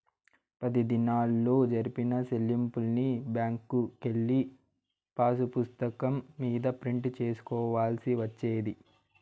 పది దినాల్లో జరిపిన సెల్లింపుల్ని బ్యాంకుకెళ్ళి పాసుపుస్తకం మీద ప్రింట్ సేసుకోవాల్సి వచ్చేది